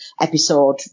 episode